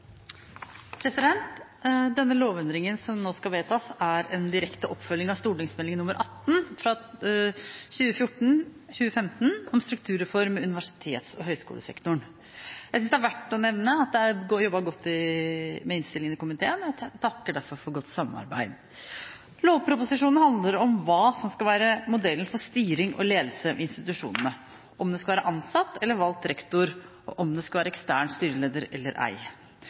en direkte oppfølging av Meld. St. 18 for 2014–2015, om strukturreform i universitets- og høyskolesektoren. Jeg synes det er verdt å nevne at det er jobbet godt med innstillingen i komiteen, og jeg takker derfor for godt samarbeid. Lovproposisjonen handler om hva som skal være modellen for styring og ledelse ved institusjonene – om det skal være ansatt eller valgt rektor, og om det skal være ekstern styreleder eller ei.